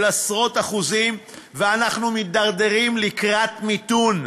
של עשרות אחוזים, ואנחנו מידרדרים לקראת מיתון,